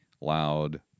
loud